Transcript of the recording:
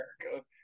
America